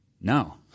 no